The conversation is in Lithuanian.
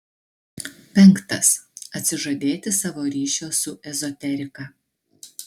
penktas atsižadėti savo ryšio su ezoterika